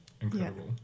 incredible